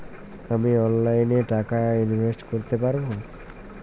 আমি অনলাইনে টাকা ইনভেস্ট করতে পারবো?